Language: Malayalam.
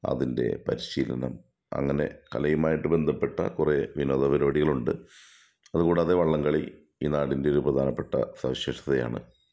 അതിൻ്റെ പരിശീലനം അങ്ങനെ കലയുമായിട്ട് ബന്ധപ്പെട്ട കുറേ വിനോദ പരിപാടികളുണ്ട് അതുകൂടാതെ വള്ളംകളി ഈ നാടിൻ്റെ ഒരു പ്രധാനപ്പെട്ട സവിശേഷതയാണ്